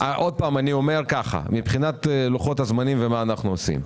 אני אומר ככה מבחינת לוחות הזמנים ומה אנחנו עושים.